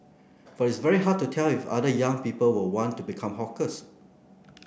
but it's very hard to tell if other young people will want to become hawkers